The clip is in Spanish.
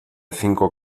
cinco